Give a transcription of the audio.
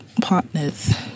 partners